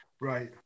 Right